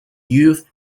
youth